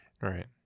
right